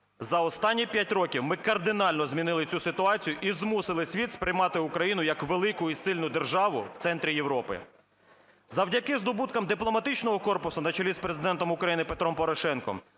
За останні 5 років ми кардинально змінили цю ситуацію і змусили світ сприймати Україну як велику і сильну державу в центрі Європи. Завдяки здобуткам дипломатичного корпусу на чолі з Президентом України Петром Порошенком